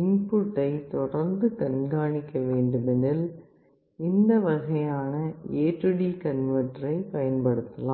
இன்புட்டை தொடர்ந்து கண்காணிக்க வேண்டும் எனில் இந்த வகையான AD கன்வெர்ட்டரை பயன்படுத்தலாம்